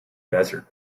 desert